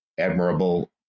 Admirable